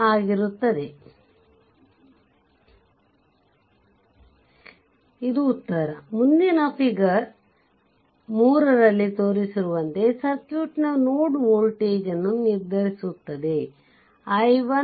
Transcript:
ಆದ್ದರಿಂದ ಇದು ಉತ್ತರ ಮುಂದಿನದು ಫಿಗರ್ 3 ರಲ್ಲಿ ತೋರಿಸಿರುವಂತೆ ಸರ್ಕ್ಯೂಟ್ನ ನೋಡ್ ವೋಲ್ಟೇಜ್ಗಳನ್ನು ನಿರ್ಧರಿಸುತ್ತದೆ 11 3